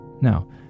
Now